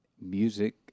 music